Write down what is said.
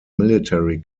military